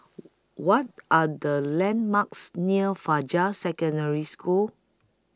What Are The landmarks near Fajar Secondary School